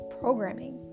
programming